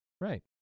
right